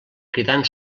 cridant